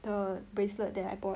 the bracelet that I bought